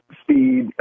speed